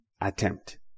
attempt